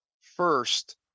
First